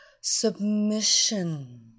Submission